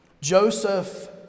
Joseph